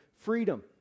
freedom